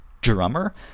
drummer